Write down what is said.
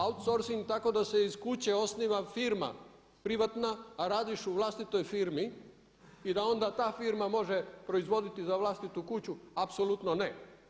Outsourcing tako da se iz kuće osniva firma privatna a radiš u vlastitoj firmi i da onda ta firma može proizvoditi za vlastitu kuću apsolutno ne.